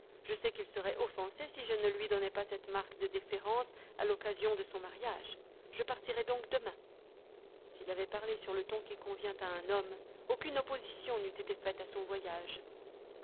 je sais qu'il serait offensé si je ne lui donnais pas cette marque de déférence à l'occasion de son mariage je partirai donc demain s'il avait parlé sur le ton qui convient à un homme aucune opposition n'eut été faite à son voyage